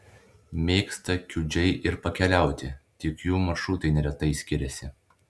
mėgsta kiudžiai ir pakeliauti tik jų maršrutai neretai skiriasi